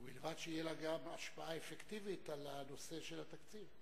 ובלבד שתהיה לה גם השפעה אפקטיבית על נושא התקציב,